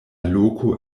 loko